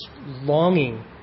longing